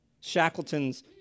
Shackleton's